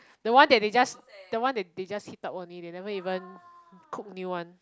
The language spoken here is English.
the one they they just the one they they just heat up only they never even cook new one